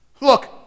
Look